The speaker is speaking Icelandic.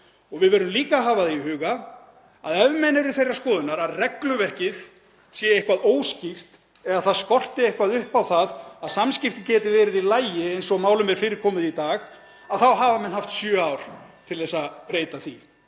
Við verðum líka að hafa það í huga að ef menn eru þeirrar skoðunar að regluverkið sé eitthvað óskýrt eða að það skorti eitthvað upp á það að samskipti geti verið í lagi eins og málum er fyrir komið í dag, (Forseti hringir.) þá hafa menn haft sjö ár til að breyta því.